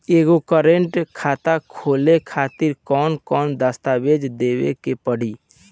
एगो करेंट खाता खोले खातिर कौन कौन दस्तावेज़ देवे के पड़ी?